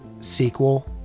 sequel